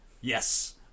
Yes